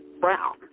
brown